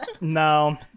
No